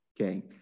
okay